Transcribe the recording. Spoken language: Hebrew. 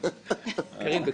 פתרון.